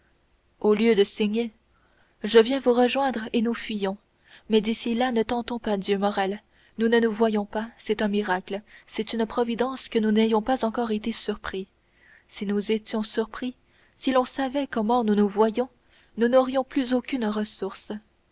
au lieu de signer je viens vous rejoindre et nous fuyons mais d'ici là ne tentons pas dieu morrel ne nous voyons pas c'est un miracle c'est une providence que nous n'ayons pas encore été surpris si nous étions surpris si l'on savait comment nous nous voyons nous n'aurions plus aucune ressource